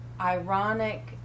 ironic